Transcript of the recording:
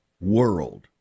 world